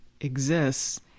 exists